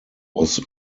was